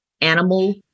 animal